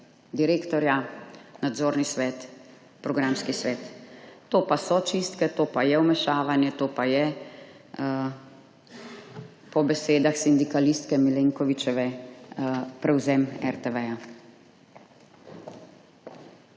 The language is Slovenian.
direktorja, nadzorni svet, programski svet. To pa so čistke, to pa je vmešavanje, to pa je, po besedah sindikalistke Milenkovičeve, prevzem RTV.